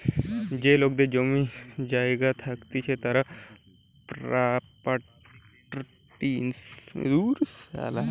যেই লোকেদের জমি জায়গা থাকতিছে তারা প্রপার্টি ইন্সুরেন্স থেকে লাভ পেতে পারে